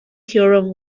theorem